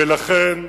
ולכן,